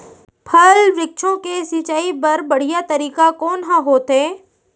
फल, वृक्षों के सिंचाई बर बढ़िया तरीका कोन ह होथे?